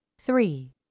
three